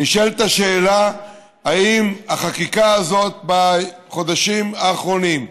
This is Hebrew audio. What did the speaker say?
נשאלת השאלה אם החקיקה הזאת בחודשים האחרונים,